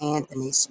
Anthony